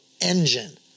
engine